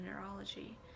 neurology